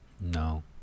No